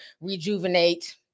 rejuvenate